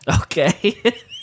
Okay